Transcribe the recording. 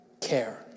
care